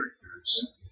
characters